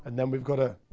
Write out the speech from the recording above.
and then we've got a.